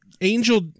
Angel